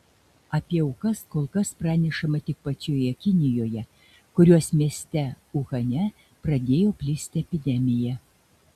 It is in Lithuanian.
apie aukas kol kas pranešama tik pačioje kinijoje kurios mieste uhane pradėjo plisti epidemija